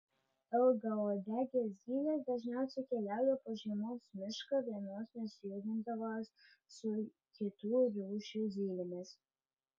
ilgauodegės zylės dažniausiai keliauja po žiemos mišką vienos nesijungdamos su kitų rūšių zylėmis